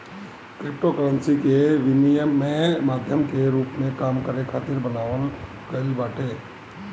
cryptocurrency के विनिमय माध्यम के रूप में काम करे खातिर बनावल गईल बाटे